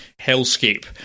hellscape